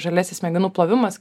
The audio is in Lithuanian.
žaliasis smegenų plovimas